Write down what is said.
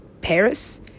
Paris